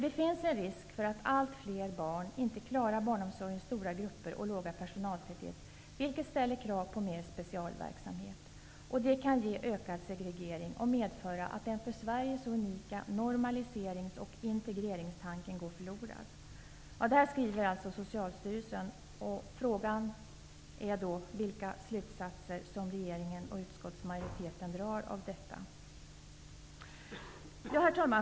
Det finns en risk för att allt fler barn inte klarar barnomsorgens stora grupper och låga personaltäthet, vilket ställer krav på mer specialverksamhet. Det kan ge ökad segregering och medföra att den för Sverige så unika normaliserings och integreringstanken går förlorad. Detta skriver alltså Socialstyrelsen. Frågan är då vilka slutsatser regeringen och utskottsmajoriteten drar av detta.